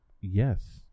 Yes